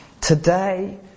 today